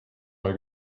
mein